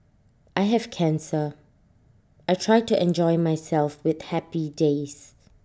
I have cancer I try to enjoy myself with happy days